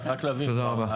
רק להבהיר.